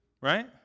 right